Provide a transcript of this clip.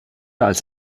als